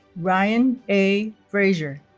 ryan a. fraser